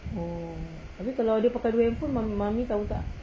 oh abeh kalau dia pakai dua handphone mummy mummy tahu tak